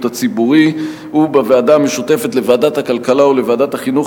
הציבורי ובוועדה המשותפת לוועדת הכלכלה ולוועדת החינוך,